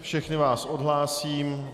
Všechny vás odhlásím.